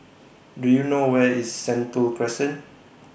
Do YOU know Where IS Sentul Crescent